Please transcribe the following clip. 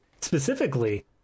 Specifically